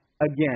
again